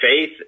faith